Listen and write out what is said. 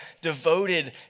devoted